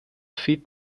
feed